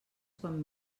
quan